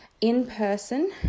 in-person